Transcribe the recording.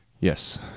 Yes